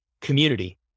community